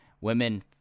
women